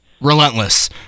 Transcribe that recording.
relentless